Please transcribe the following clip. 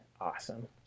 awesome